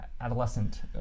adolescent